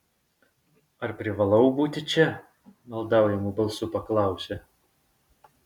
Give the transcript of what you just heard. ar privalau būti čia maldaujamu balsu paklausė